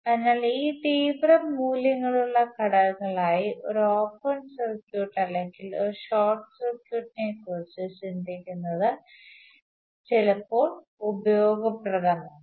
അതിനാൽ ഈ തീവ്ര മൂല്യങ്ങളുള്ള ഘടകങ്ങളായി ഒരു ഓപ്പൺ സർക്യൂട്ട് അല്ലെങ്കിൽ ഒരു ഷോർട്ട് സർക്യൂട്ടിനെക്കുറിച്ച് ചിന്തിക്കുന്നത് ചിലപ്പോൾ ഉപയോഗപ്രദമാണ്